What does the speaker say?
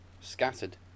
scattered